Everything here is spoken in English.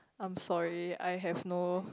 I'm sorry I have no